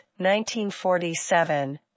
1947